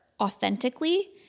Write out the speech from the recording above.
authentically